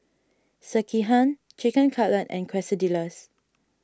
Sekihan Chicken Cutlet and Quesadillas